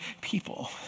people